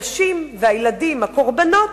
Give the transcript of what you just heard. שהנשים והילדים, הקורבנות,